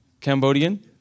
Cambodian